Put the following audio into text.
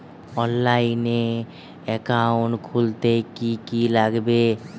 অনলাইনে একাউন্ট খুলতে কি কি লাগবে?